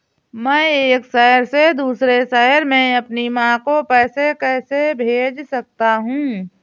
मैं एक शहर से दूसरे शहर में अपनी माँ को पैसे कैसे भेज सकता हूँ?